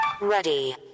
Ready